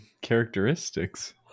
characteristics